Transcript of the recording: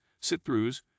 sit-throughs